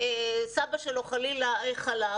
סבא שלו חלילה חלה,